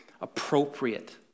appropriate